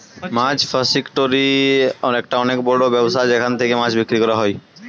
মাছ ফাসিকটোরি একটা অনেক বড় ব্যবসা যেখান থেকে মাছ বিক্রি করা হয়